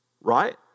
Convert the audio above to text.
right